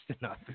enough